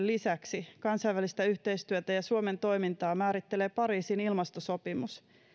lisäksi kansainvälistä yhteistyötä ja suomen toimintaa määrittelee pariisin ilmastosopimus